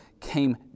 came